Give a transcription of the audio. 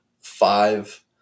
five